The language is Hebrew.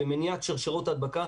במניעת שרשראות ההדבקה,